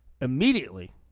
Immediately